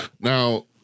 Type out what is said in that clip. now